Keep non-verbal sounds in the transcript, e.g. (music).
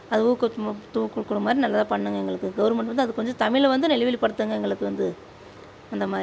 அது ஊக்கம் (unintelligible) கொடுக்கற மாதிரி நல்லதாக பண்ணுங்க எங்களுக்கு கவுர்மெண்ட் வந்து அது கொஞ்சம் தமிழை வந்து நல்வழிப்படுத்துங்க எங்களுக்கு வந்து அந்தமாதிரி